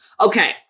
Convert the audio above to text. Okay